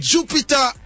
Jupiter